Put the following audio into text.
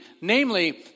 Namely